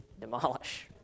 demolish